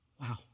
Wow